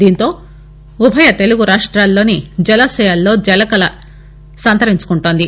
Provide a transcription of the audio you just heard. దీంతో ఉభయ తెలుగు రాష్ట్రాలలోని జలాశయాల్లో జలకళ సంతరించుకోంటుంది